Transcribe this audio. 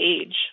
age